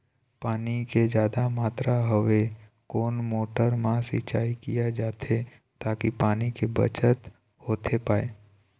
पानी के जादा मात्रा हवे कोन मोटर मा सिचाई किया जाथे ताकि पानी के बचत होथे पाए?